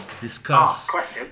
discuss